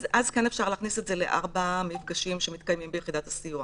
אז אפשר להכניס את זה כאן לארבעה מפגשים שמתקיימים ביחידת סיוע.